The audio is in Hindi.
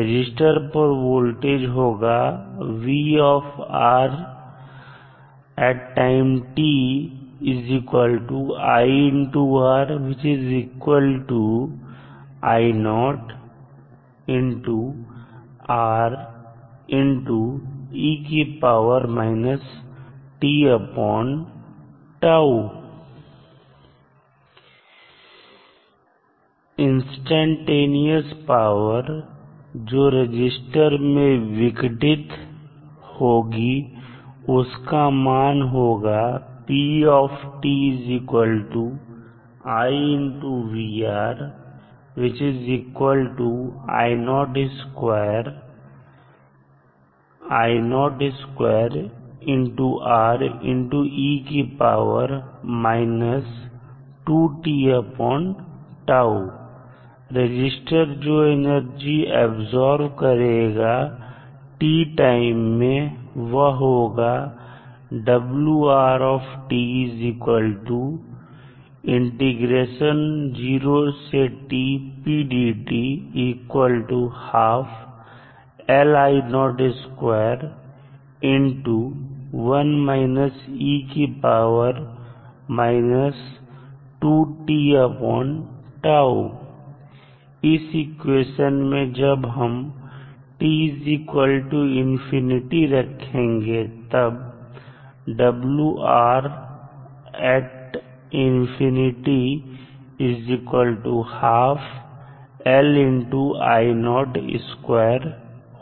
रजिस्टर पर वोल्टेज होगा इंस्टैन्टेनियस पावर जो रजिस्टर में विघटित होगी उसका मान होगा रजिस्टर जो एनर्जी अबजॉब करेगा t टाइम में वह होगा इस इक्वेशन में जब हम t∞ रखेंगे तब